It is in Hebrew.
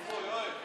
רבה.